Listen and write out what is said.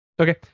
okay